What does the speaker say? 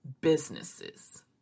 businesses